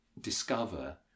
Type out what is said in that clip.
discover